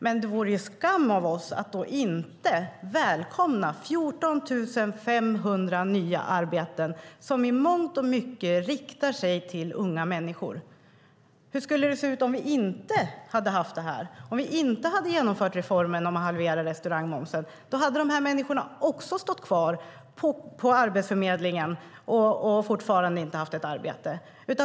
Men det vore skam av oss att inte välkomna 14 500 nya arbeten, som i mångt och mycket riktar sig till unga människor. Hur skulle det se ut om vi inte hade haft det här, om vi inte hade genomfört reformen med halverad restaurangmoms? Då hade dessa människor stått kvar på Arbetsförmedlingen och fortfarande inte haft ett arbete.